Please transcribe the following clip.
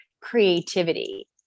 creativity